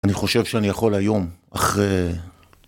אני חושב שאני יכול היום, אחרי...